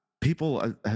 people